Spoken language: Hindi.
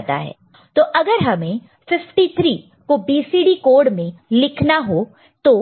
तो अगर हमें 53 को BCD कोड में लिखना हो तो